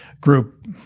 group